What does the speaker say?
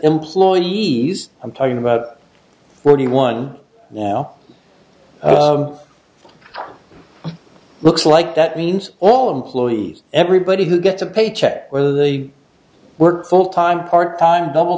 employees i'm talking about forty one now looks like that means all employees everybody who gets a paycheck whether they work full time part time double